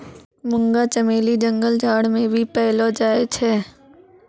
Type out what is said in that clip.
मुंगा चमेली जंगल झाड़ मे भी पैलो जाय छै